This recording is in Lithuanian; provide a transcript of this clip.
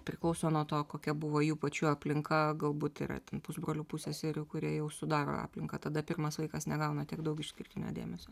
priklauso nuo to kokia buvo jų pačių aplinka galbūt yra ten pusbrolių pusseserių kurie jau sudaro aplinką tada pirmas vaikas negauna tiek daug išskirtinio dėmesio